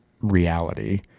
reality